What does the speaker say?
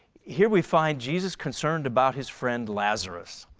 here we find jesus concerned about his friend lazarus